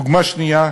דוגמה שנייה: